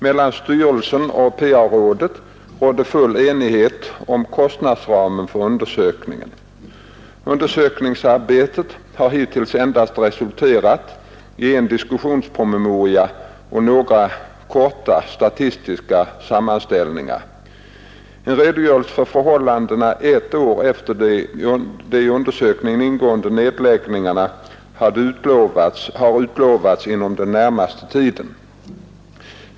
Mellan styrelsen och PA-rådet rådde full enighet om kostnadsramen för undersökningen. Undersökningsarbetet har hittills endast resulterat i en diskussionspromemoria och några korta statistiska sammanställningar. En redogörelse för förhållandena ett år efter de i undersökningen ingående nedläggningarna har utlovats inom den närmaste tiden.